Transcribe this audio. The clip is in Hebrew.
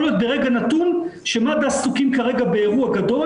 יכול להיות ברגע נתון מד"א עסוקים כרגע באירוע גדול,